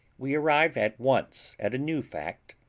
we arrive at once at a new fact,